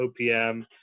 OPM